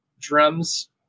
drums